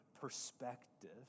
perspective